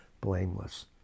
Blameless